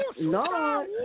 No